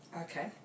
Okay